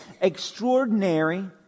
extraordinary